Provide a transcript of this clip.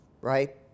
right